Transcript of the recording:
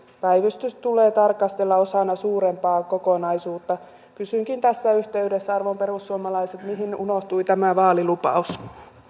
päivystykset tulee tarkastella osana suurempaa kokonaisuutta kysynkin tässä yhteydessä arvon perussuomalaiset mihin unohtui tämä vaalilupaus